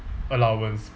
allowance